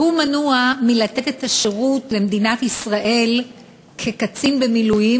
והוא מנוע מלתת את השירות למדינת ישראל כקצין במילואים,